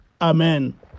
Amen